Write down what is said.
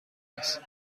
است